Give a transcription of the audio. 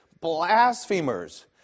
blasphemers